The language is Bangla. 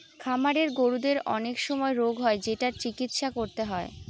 খামারের গরুদের অনেক সময় রোগ হয় যেটার চিকিৎসা করতে হয়